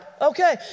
Okay